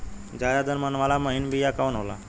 ज्यादा दर मन वाला महीन बिया कवन होला?